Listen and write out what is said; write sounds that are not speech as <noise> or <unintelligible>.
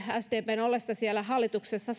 sdpn ollessa hallituksessa <unintelligible>